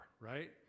right